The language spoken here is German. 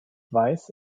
weiß